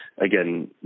Again